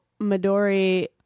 Midori